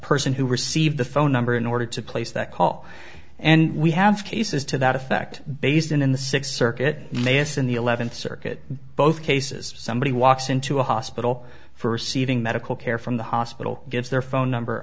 person who received the phone number in order to place that call and we have cases to that effect based in the sixth circuit mason the eleventh circuit both cases somebody walks into a hospital for receiving medical care from the hospital gives their phone number